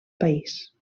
país